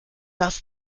das